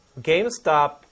GameStop